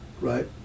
right